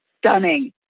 Stunning